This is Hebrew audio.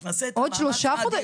אנחנו נעשה את המאמץ האדיר.